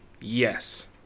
yes